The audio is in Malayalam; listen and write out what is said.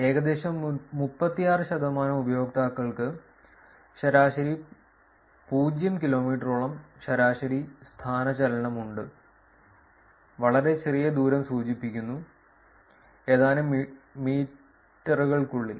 ഏകദേശം 36 ശതമാനം ഉപയോക്താക്കൾക്ക് ശരാശരി 0 കിലോമീറ്ററോളം ശരാശരി സ്ഥാനചലനം ഉണ്ട് വളരെ ചെറിയ ദൂരം സൂചിപ്പിക്കുന്നു ഏതാനും മീറ്ററുകൾക്കുള്ളിൽ